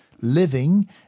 living